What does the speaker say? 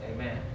Amen